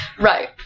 Right